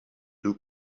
deux